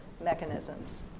mechanisms